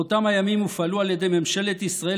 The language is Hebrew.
באותם הימים הופעלו על ידי ממשלת ישראל